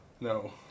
No